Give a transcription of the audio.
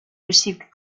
received